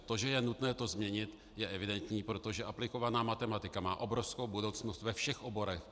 To, že je nutné to změnit, je evidentní, protože aplikovaná matematika má obrovskou budoucnost ve všech oborech.